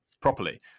properly